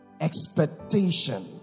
Expectation